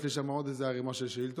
יש לי שם עוד איזה ערמת שאילתות,